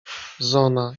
zona